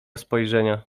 spojrzenia